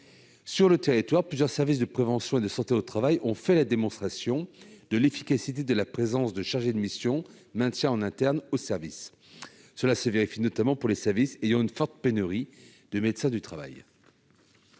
Sur le territoire, plusieurs services de prévention et de santé au travail ont fait la démonstration de l'efficacité de la présence de chargés de mission pour maintenir en interne des personnes en activité. Cela se vérifie notamment pour les services ayant une forte pénurie de médecins du travail.